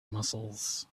muscles